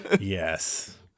Yes